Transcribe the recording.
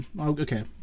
okay